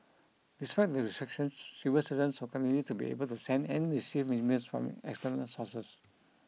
despite the restrictions civil servants will continue to be able to send and receive emails from external sources